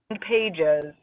pages